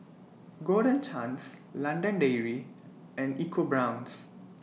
Golden Chance London Dairy and EcoBrown's